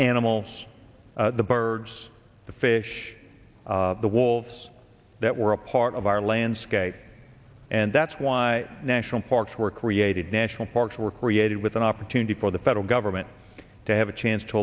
animals the birds the fish the walls that were a part of our landscape and that's why national parks were created national parks were created with an opportunity for the federal government to have a chance to